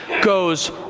goes